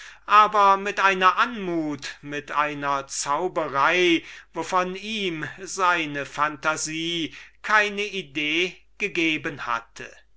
aber mit einer anmut mit einer zauberei wovon ihm seine phantasie keine idee gegeben hatte